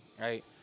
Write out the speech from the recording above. right